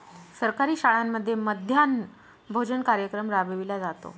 सरकारी शाळांमध्ये मध्यान्ह भोजन कार्यक्रम राबविला जातो